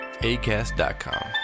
Acast.com